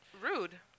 Rude